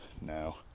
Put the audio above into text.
now